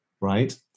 right